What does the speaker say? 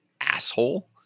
asshole